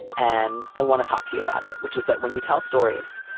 and i want to talk to you about it, which is that when you tell stories.